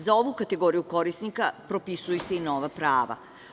Za ovu kategoriju korisnika propisuju se i nova prava.